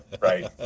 right